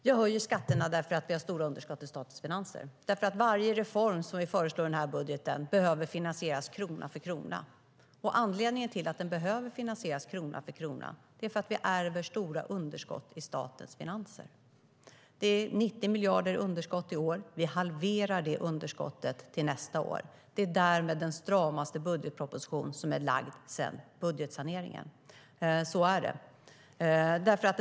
Fru talman! Jag höjer skatterna därför att vi har stora underskott i statens finanser och därför att varje reform som vi föreslår i den här budgeten behöver finansieras krona för krona. Anledningen till att varje reform behöver finansieras krona för krona är att vi har ärvt stora underskott i statens finanser. Det är 90 miljarder i underskott i år. Vi halverar det underskottet till nästa år. Det är därmed den stramaste budgetproposition som är framlagd sedan budgetsaneringen. Så är det.